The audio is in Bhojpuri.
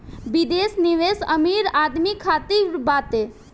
विदेश निवेश अमीर आदमी खातिर बाटे